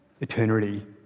eternity